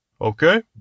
Okay